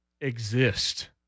exist